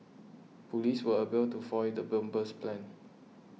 police were able to foil the bomber's plans